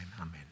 amen